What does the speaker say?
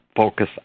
focus